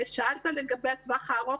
ושאלת על הטווח הארוך,